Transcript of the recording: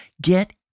Get